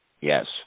Yes